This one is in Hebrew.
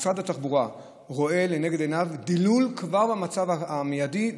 משרד התחבורה רואה לנגד עיניו דילול כבר במצב המיידי,